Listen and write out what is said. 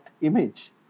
image